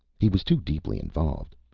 he was too deeply involved.